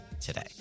today